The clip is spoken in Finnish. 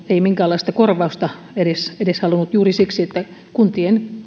ei minkäänlaista korvausta edes edes halunnut nimenomaan juuri siksi että kuntien